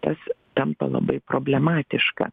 tas tampa labai problematiška